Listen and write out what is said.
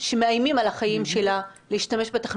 שמאיימים על החיים שלה -- בדיוק.